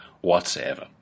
whatsoever